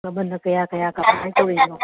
ꯃꯃꯜꯅ ꯀꯌꯥ ꯀꯌꯥ ꯀꯃꯥꯏꯅ ꯇꯧꯔꯤꯅꯣ